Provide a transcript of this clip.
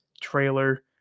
trailer